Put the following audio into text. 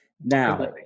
Now